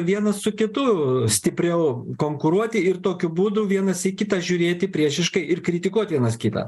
vienas su kitu stipriau konkuruoti ir tokiu būdu vienas į kitą žiūrėti priešiškai ir kritikuot vienas kitą